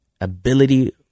ability